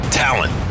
talent